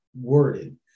worded